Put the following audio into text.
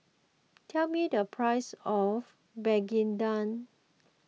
tell me the price of Begedil